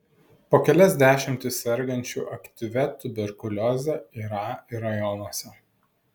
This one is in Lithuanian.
po kelias dešimtis sergančių aktyvia tuberkulioze yra ir rajonuose